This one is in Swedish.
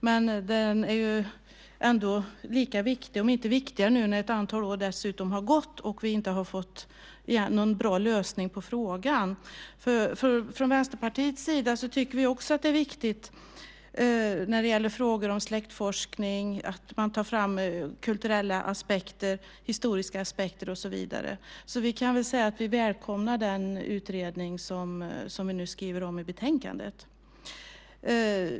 Men den är ändå lika viktig, om inte viktigare nu när ett antal år dessutom har gått och vi inte har fått någon bra lösning på frågan. Från Vänsterpartiets sida tycker vi också att det är viktigt att man när det gäller frågor om släktforskning tar fram kulturella och historiska aspekter. Vi kan väl säga att vi välkomnar den utredning som vi nu skriver om i betänkandet.